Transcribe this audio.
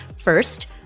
First